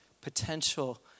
potential